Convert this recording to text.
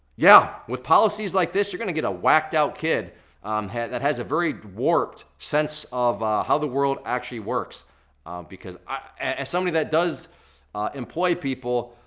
yeah with policies like this you're gonna get a whacked out kid that has a very warped sense of how the world actually works because as somebody that does employ people,